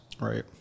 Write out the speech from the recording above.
Right